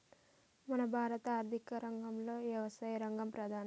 మన భారత ఆర్థిక రంగంలో యవసాయ రంగం ప్రధానం